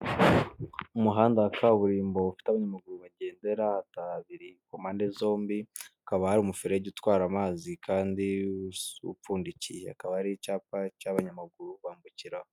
Umuhanda wa kaburimbo ufite aho abanyamaguru bagendera habiri ku mpande zombi , hakaba hari umuferegi utwara amazi kandi upfundikiye, hakaba hari icyapa cy'abanyamaguru bambukiraho.